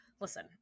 listen